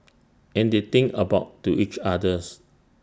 and they think about to each others